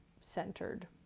centered